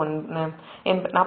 20 j0